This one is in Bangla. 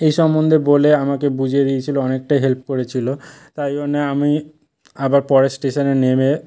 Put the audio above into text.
এই সম্বন্ধে বলে আমাকে বুঝিয়ে দিয়েছিল অনেকটাই হেল্প করেছিল তাই জন্যে আমি আবার পরের স্টেশনে নেমে